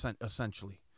essentially